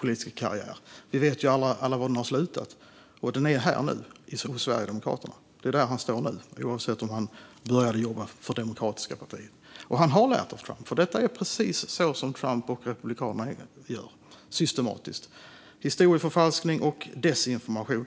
politiska karriär, för vi vet ju alla var den har slutat. Det är hos Sverigedemokraterna han står nu, oavsett om han började att jobba för det demokratiska partiet. Han har lärt av Trump, för detta är precis så som Trump och Republikanerna gör systematiskt. Det handlar om historieförfalskning och desinformation.